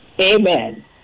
Amen